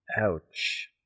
Ouch